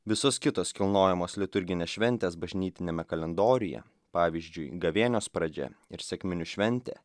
visus kitus kilnojamos liturginės šventės bažnytiniame kalendoriuje pavyzdžiui gavėnios pradžia ir sekminių šventė